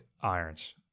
Irons